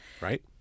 Right